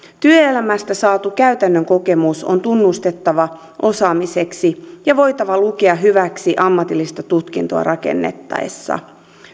työelämästä saatu käytännön kokemus on tunnustettava osaamiseksi ja voitava lukea hyväksi ammatillista tutkintoa rakennettaessa